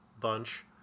bunch